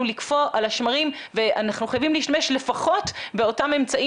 לקפוא על השמרים ואנחנו חייבים להשתמש לפחות באותם אמצעים